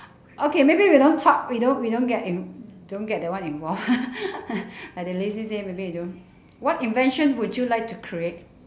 okay maybe we don't talk we don't we don't get in~ don't get that one involved like the say maybe we don't what invention would you like to create